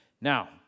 Now